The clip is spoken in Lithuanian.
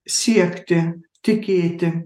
siekti tikėti